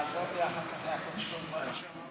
התשע"ח 2017, לא התקבלה.